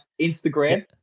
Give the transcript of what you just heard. Instagram